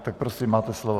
Tak prosím, máte slovo.